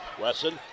Wesson